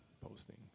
posting